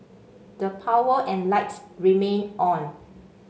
the power and lights remained on